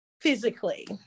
physically